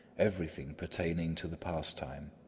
everything pertaining to the pastime.